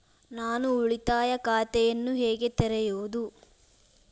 ನಾನು ಉಳಿತಾಯ ಖಾತೆಯನ್ನು ಹೇಗೆ ತೆರೆಯುವುದು?